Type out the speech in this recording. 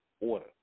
order